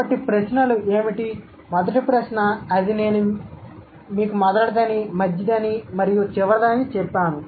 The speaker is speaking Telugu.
కాబట్టి ప్రశ్నలు ఏమిటి మొదటి ప్రశ్న అది నేను మీకు మొదటిది అని మధ్యది అని మరియు చివరిది అని చెప్పాను